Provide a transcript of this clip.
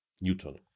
Newton